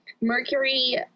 mercury